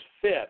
fit